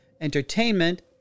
entertainment